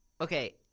Okay